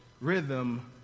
Rhythm